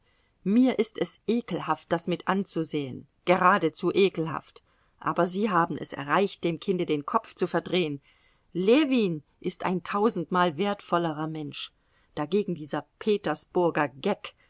mir ist es ekelhaft das mit anzusehen geradezu ekelhaft aber sie haben es erreicht dem kinde den kopf zu verdrehen ljewin ist ein tausendmal wertvollerer mensch dagegen dieser petersburger geck